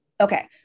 Okay